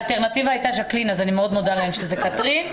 האלטרנטיבה הייתה ז'קלין ואני מאוד מודה להם שזה קטרין.